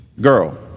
girl